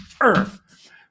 earth